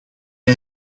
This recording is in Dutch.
wij